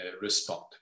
respond